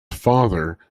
father